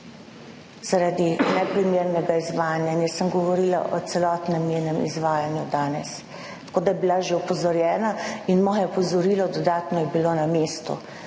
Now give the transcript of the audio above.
zaradi neprimernega izvajanja in jaz sem govorila o celotnem njenem izvajanju danes. Tako da je bila že opozorjena. In moje opozorilo dodatno je bilo na mestu.